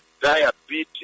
diabetes